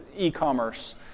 e-commerce